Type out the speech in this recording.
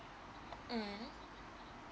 mmhmm